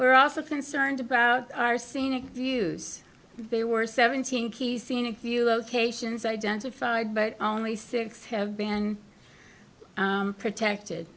we're also concerned about our scenic views there were seventeen key scenic view ok sions identified but only six have been protected